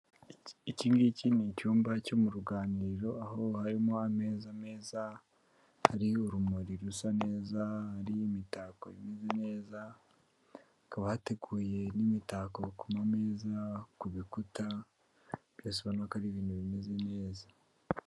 Iki ngiki ni icyumba cyo mu ruganiriro, aho harimo ameza meza, hari urumuri rusa neza, hari imitako imeze neza, hakaba hateguye n'imitako ku mameza, ku bikuta, byose urabna ko ari ibintu bimeze neza.